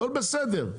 הכל בסדר.